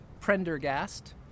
Prendergast